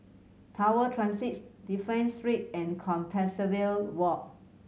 Tower Transit Dafne Street and Compassvale Walk